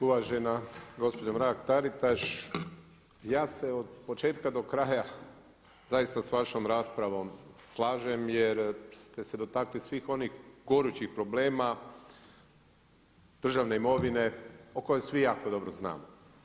Uvažena gospođo Mrak-Tarištaš, ja se od početka do kraja zaista sa vašom raspravom slažem jer ste se dotaknuli svih onih gorućih problema državne imovine o kojoj svi jako dobro znamo.